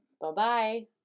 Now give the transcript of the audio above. Bye-bye